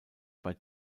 bei